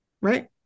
right